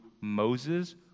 Moses